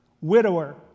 Widower